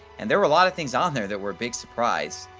and there were a lot of things on there that were a big surprise.